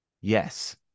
yes